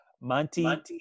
Monty